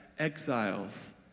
Exiles